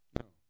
No